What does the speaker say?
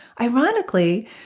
Ironically